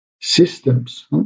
systems